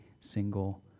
single